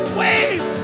wave